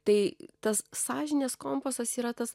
tai tas sąžinės kompasas yra tas